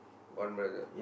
one brother